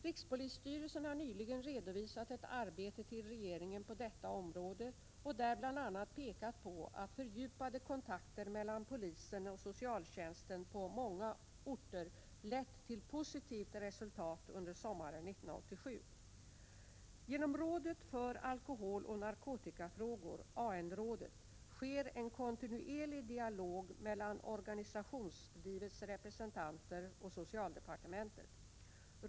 Rikspolisstyrelsen har nyligen redovisat ett arbete för regeringen på detta område och där bl.a. pekat på att fördjupade kontakter mellan polisen och socialtjänsten på många orter lett till positivt resultat under sommaren 1987. Genom Rådet för alkoholoch narkotikafrågor sker en kontinuerlig dialog mellan organisationslivets representanter och socialdepartementet.